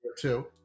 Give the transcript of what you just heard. two